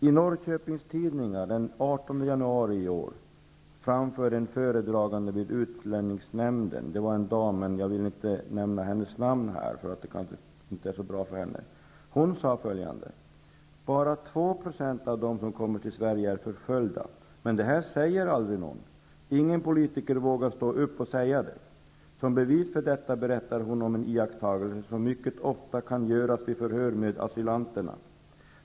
I Norrköpings Tidningar den 18 januari i år framförde en föredragande vid utlänningsnämnden -- jag vill inte nämna hennes namn, då det kanske inte är så bra för henne -- Bara 2 % av dem som kommer till Sverige är förföljda, men detta säger aldrig någon. Ingen politiker vågar stå upp och säga det. Som bevis berättar hon om en iakttagelse som mycket ofta kan göras vid förhör med asylanterna.